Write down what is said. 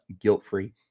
guilt-free